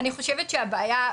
אני חושבת שהבעיה,